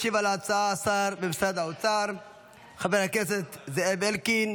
ישיב על ההצעה השר במשרד האוצר חבר הכנסת זאב אלקין.